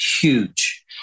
huge